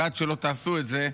ועד שלא תעשו את זה,